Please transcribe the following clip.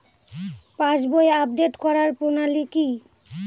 পাসবই update করার প্রণালী কি?